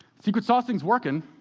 secret sauce thing's working.